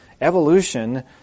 Evolution